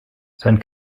sein